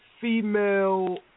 female